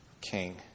king